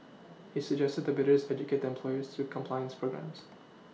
he suggested that the bidders educate their employers through compliance programmes